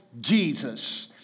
Jesus